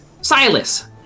silas